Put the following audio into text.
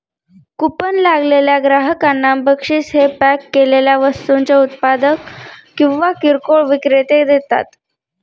coupon लागलेल्या ग्राहकांना बक्षीस हे पॅक केलेल्या वस्तूंचे उत्पादक किंवा किरकोळ विक्रेते देतात